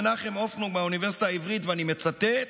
מנחם הופנונג מהאוניברסיטה העברית, ואני מצטט: